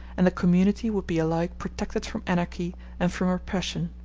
and the community would be alike protected from anarchy and from oppression.